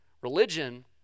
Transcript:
Religion